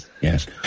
yes